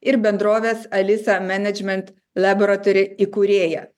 ir bendrovės alisa management laboratory įkūrėja